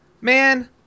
man